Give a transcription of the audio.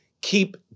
keep